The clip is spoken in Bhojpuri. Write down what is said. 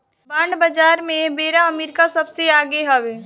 बांड बाजार में एबेरा अमेरिका सबसे आगे हवे